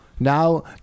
Now